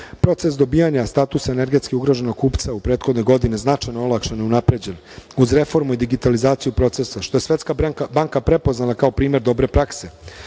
unije. Proces dobijanja statusa energetski ugroženog kupca u prethodnoj godini značajno je olakšan i unapređen, uz reformu i digitalizaciju procesa, što je Svetska banka prepoznala kao primer dobre prakse.